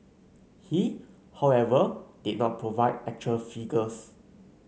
he however did not provide actual figures